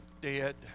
dead